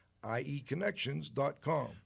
IEconnections.com